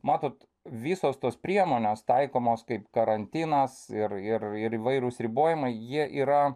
matot visos tos priemonės taikomos kaip karantinas ir ir ir įvairūs ribojimai jie yra